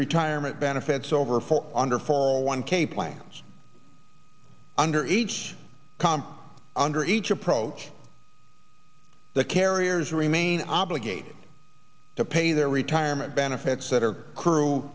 retirement benefits over fall under four one k plans under each com under each approach the carriers remain obligated to pay their retirement benefits that are cr